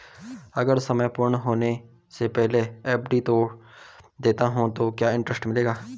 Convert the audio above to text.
अगर समय पूर्ण होने से पहले एफ.डी तोड़ देता हूँ तो क्या इंट्रेस्ट मिलेगा?